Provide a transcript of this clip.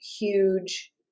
huge